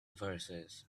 verses